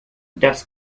das